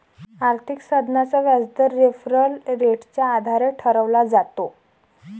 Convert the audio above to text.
आर्थिक साधनाचा व्याजदर रेफरल रेटच्या आधारे ठरवला जातो